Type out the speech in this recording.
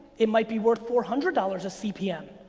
it might be worth four hundred dollars a cpm.